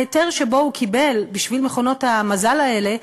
ההיתר שהוא קיבל בשביל מכונות המזל האלה,